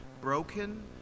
broken